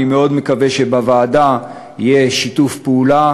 אני מאוד מקווה שבוועדה יהיה שיתוף פעולה